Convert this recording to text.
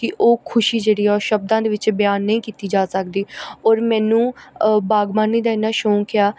ਕਿ ਉਹ ਖੁਸ਼ੀ ਜਿਹੜੀ ਆ ਉਹ ਸ਼ਬਦਾਂ ਦੇ ਵਿੱਚ ਬਿਆਨ ਨਹੀਂ ਕੀਤੀ ਜਾ ਸਕਦੀ ਔਰ ਮੈਨੂੰ ਬਾਗਬਾਨੀ ਦਾ ਇੰਨਾਂ ਸ਼ੌਂਕ ਆ